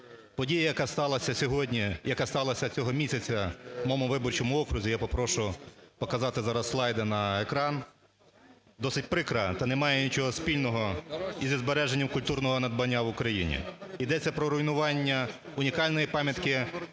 Подія, яка сталася сьогодні, яка сталася цього місяця у моєму виборчому окрузі, я попрошу показати зараз слайди на екран, досить прикра та не має нічого спільного із збереженням культурного надбання в Україні. Йдеться про руйнування унікальної пам'ятки